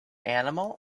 animal